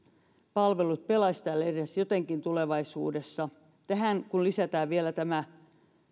palvelut pelaisivat täällä edes jotenkin tulevaisuudessa tähän kun lisätään vielä tämä